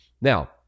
Now